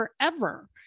forever